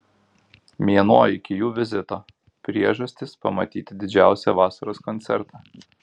mėnuo iki jų vizito priežastys pamatyti didžiausią vasaros koncertą